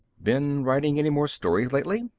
been writing any more stories lately?